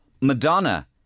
Madonna